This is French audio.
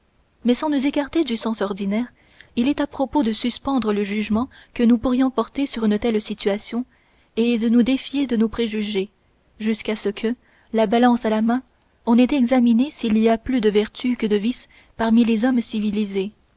mais sans nous écarter du sens ordinaire il est à propos de suspendre le jugement que nous pourrions porter sur une telle situation et de nous défier de nos préjugés jusqu'à ce que la balance à la main on ait examiné s'il y a plus de vertus que de vices parmi les hommes civilisés